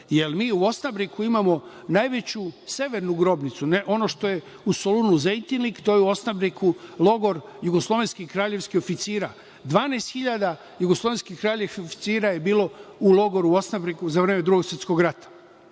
jer mi u Osnabriku imamo najveću severnu grobnicu. Ono što je u Solonu Zejtinlik, to je u Osnabriku logor jugoslovenskih kraljevskih oficira, 12.000 jugoslovenskih kraljevskih oficira je bilo u logoru u Osnabriku za vreme Drugog svetskog rata. Tu